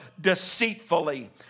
deceitfully